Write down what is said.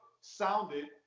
sounded